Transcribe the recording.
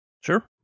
Sure